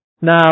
Now